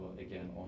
again